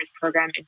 Program